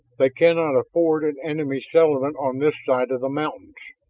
they cannot afford an enemy settlement on this side of the mountains.